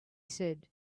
said